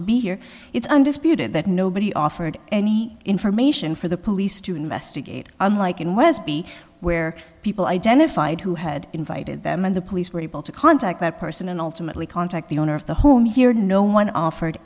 to be here it's undisputed that nobody offered any information for the police to investigate unlike in westby where people identified who had invited them and the police were able to contact that person and ultimately contact the owner of the home here no one offered